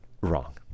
Wrong